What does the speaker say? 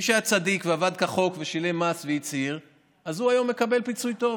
צדיק ועבד כחוק ושילם מס והצהיר מקבל היום פיצוי טוב,